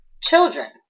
Children